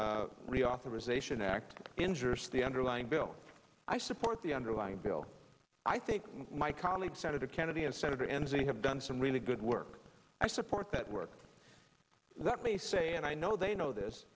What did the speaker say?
reauthorization act injures the underlying bill i support the underlying bill i think my colleague senator kennedy and senator enzi have done some really good work i support that work that may say and i know they know this